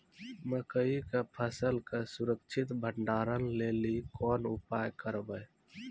मकई के फसल के सुरक्षित भंडारण लेली कोंन उपाय करबै?